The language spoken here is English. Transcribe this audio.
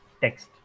text